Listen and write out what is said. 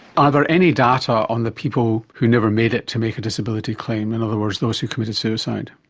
are there any data on the people who never made it to make a disability claim? in other words, those who committed suicide?